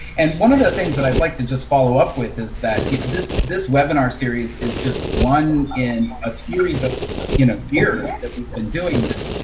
and one of the things that i'd like to just follow up with is that you know this this webinar series is just one in a series of you know years that we've been doing this.